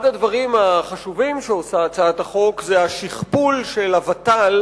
אחד הדברים החשובים שעושה הצעת החוק זה השכפול של הות"ל